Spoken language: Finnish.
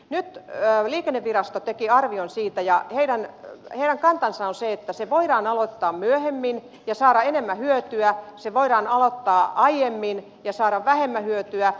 nyt liikennevirasto teki arvion siitä ja heidän kantansa on se että se voidaan aloittaa myöhemmin ja saada enemmän hyötyä se voidaan aloittaa aiemmin ja saada vähemmän hyötyä